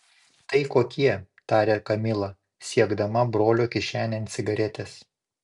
tai kokie tarė kamila siekdama brolio kišenėn cigaretės